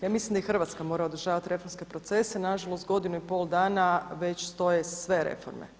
Ja mislim da i Hrvatska mora održavati reformske procese, nažalost godinu i pol dana već stoje sve reforme.